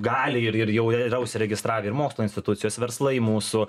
gali ir ir jau yra užsiregistravę ir mokslo institucijos verslai mūsų